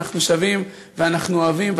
אנחנו שווים ואנחנו אוהבים,